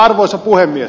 arvoisa puhemies